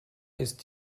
ist